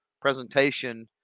presentation